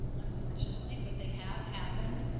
unfortunately, but they have happened.